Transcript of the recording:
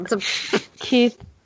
Keith